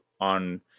on